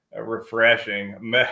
refreshing